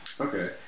Okay